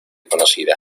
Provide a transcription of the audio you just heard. conocida